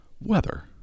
weather